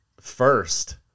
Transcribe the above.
first